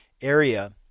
area